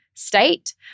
state